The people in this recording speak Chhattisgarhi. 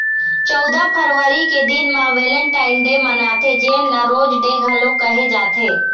चउदा फरवरी के दिन म वेलेंटाइन डे मनाथे जेन ल रोज डे घलोक कहे जाथे